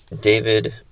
David